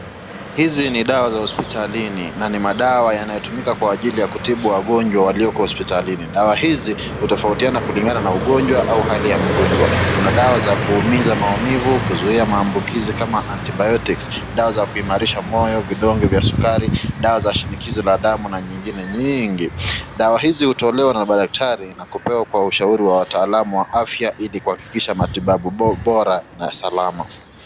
Hizi ni dawa za hopsitalini na ni madawa yanatumika kwa ajili ya kutibu wagonjwa walioko hospitalini dawa hizi hutofautiana kulingana na ugonjwa au hali ya mgonjwa. Kuna dawa za kuumiza maumivu, kuzuia maambukizi kama antibiotics ,dawa za kuimarisha moyo vidonge, vidonge vya sukari, dawa za shinikizo la damu na zingine nyingi. Dawa hizi hutolewa na madaktari na kupewa kwa ushauri wataalamu wa afya ili kuhakikisha matibabu bora na salama.